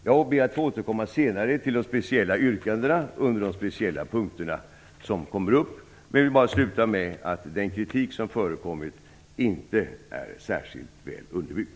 Jag ber att få återkomma senare till de speciella yrkanden under de särskilda punkterna. Jag vill bara avsluta med att säga att den kritik som har förekommit inte är särskilt väl underbyggd.